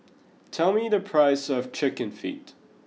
tell me the price of chicken feet